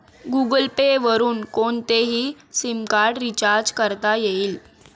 Google Pay वरुन कोणतेही SIM card recharge करता येईल